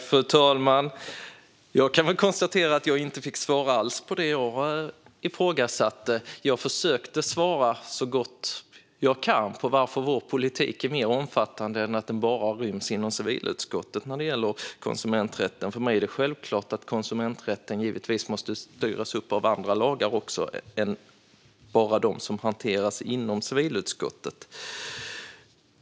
Fru talman! Jag kan konstatera att jag inte alls fick svar på det jag ifrågasatte. Jag försökte svara så gott jag kunde på varför vår politik när det gäller konsumenträtten är mer omfattande än att den ryms inom civilutskottet. För mig är det självklart att konsumenträtten även måste styras upp av andra lagar än bara dem som hanteras inom civilutskottet.